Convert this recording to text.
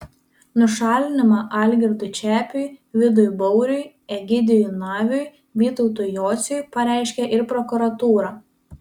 nušalinimą algirdui čepiui vidui baurui egidijui naviui vytautui jociui pareiškė ir prokuratūra